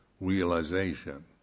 realization